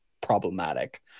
problematic